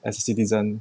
as a citizen